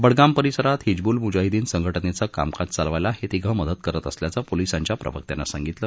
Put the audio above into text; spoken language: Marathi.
बडगाम परिसरात हिजबूल मुजाहिद्दीन संघटनेचं कामकाज चालवायला हे तिघं मदत करत असल्याचं पोलिसांच्या प्रवक्त्यानं सांगितलं